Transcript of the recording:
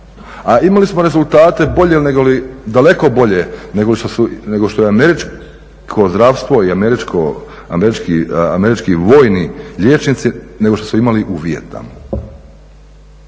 a imali smo rezultate bolje negoli, daleko bolje nego što je američko zdravstvo i američki vojni liječnici nego što su imali u Vijetnamu.